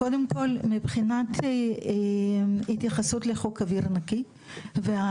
קודם כל מבחינת התייחסות לחוק אוויר נקי והתקנים